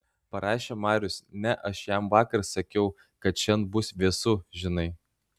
parašė marius ne aš jam vakar sakiau kad šian bus vėsu žinai